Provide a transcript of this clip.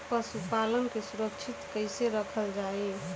पशुपालन के सुरक्षित कैसे रखल जाई?